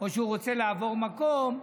או שהוא רוצה לעבור מקום.